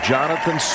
Jonathan